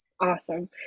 Awesome